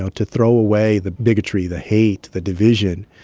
ah to throw away the bigotry, the hate, the division.